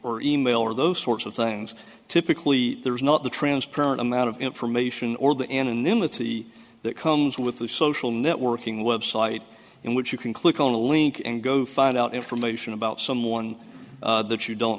or e mail or those sorts of things typically there's not the transparent amount of information or the anonymity that comes with the social networking website in which you can click on a link and go find out information about someone that you don't